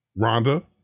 Rhonda